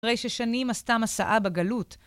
אחרי ששנים עשתה מסעה בגלות.